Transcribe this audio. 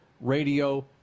Radio